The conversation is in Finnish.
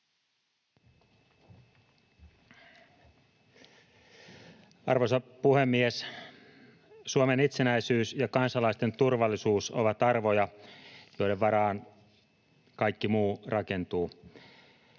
Arvoisa puhemies! Suomen itsenäisyys ja kansalaisten turvallisuus ovat arvoja, joiden varaan kaikki muu rakentuu.